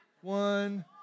one